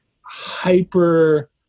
hyper